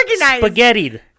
spaghettied